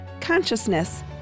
consciousness